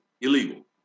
illegal